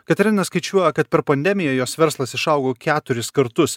katerina skaičiuoja kad per pandemiją jos verslas išaugo keturis kartus